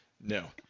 No